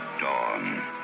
dawn